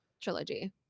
trilogy